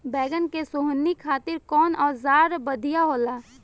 बैगन के सोहनी खातिर कौन औजार बढ़िया होला?